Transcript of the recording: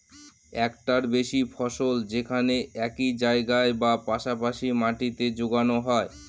একটার বেশি ফসল যেখানে একই জায়গায় বা পাশা পাশি মাটিতে যোগানো হয়